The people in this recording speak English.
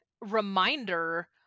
reminder